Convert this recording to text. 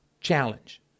challenge